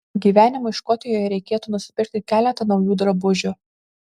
gyvenimui škotijoje reikėtų nusipirkti keletą naujų drabužių